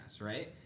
right